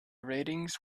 ratings